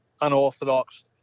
unorthodox